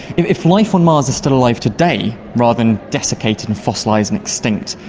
if life on mars is still alive today rather than desiccated and fossilised and extinct,